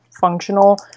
functional